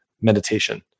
meditation